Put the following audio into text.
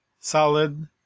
solid